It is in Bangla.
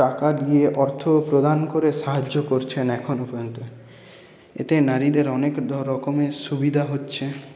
টাকা দিয়ে অর্থ প্রদান করে সাহায্য করছেন এখনও পর্যন্ত এতে নারীদের অনেক রকমের সুবিধা হচ্ছে